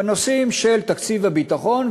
בנושאים של תקציב הביטחון,